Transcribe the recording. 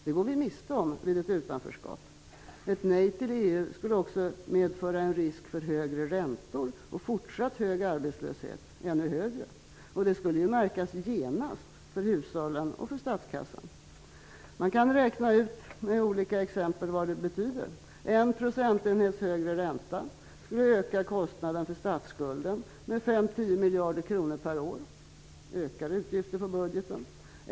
Det går vi miste om vid ett utanförskap. Ett nej till EU skulle också medföra en risk för högre räntor och fortsatt hög eller ännu högre arbetslöshet. Detta skulle genast märkas för hushållen och för statskassan. Man kan med olika exempel räkna ut vad det betyder. En procentenhets högre ränta skulle öka kostnaden för statsskulden med 5--10 miljarder kronor per år -- ökade utgifter i budgeten.